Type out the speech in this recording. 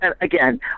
again